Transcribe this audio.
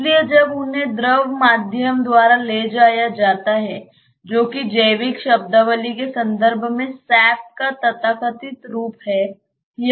इसलिए जब उन्हें द्रव माध्यम द्वारा ले जाया जाता है जो कि जैविक शब्दावली के संदर्भ में सैप का तथाकथित रूप है